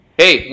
hey